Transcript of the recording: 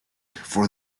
for